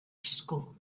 school